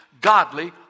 godly